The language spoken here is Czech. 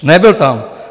Nebyl tam.